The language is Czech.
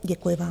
Děkuji vám.